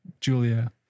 Julia